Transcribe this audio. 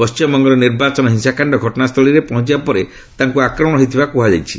ପଶ୍ଚିମବଙ୍ଗର ନିର୍ବାଚନ ହିଂସାକାଣ୍ଡ ଘଟଣାସ୍ଥଳୀରେ ପହଞ୍ଚିବା ପରେ ତାଙ୍କୁ ଆକ୍ରମଣ ହୋଇଥିବା ଜଣାପଡ଼ିଛି